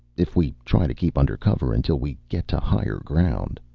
if we try to keep under cover until we get to higher ground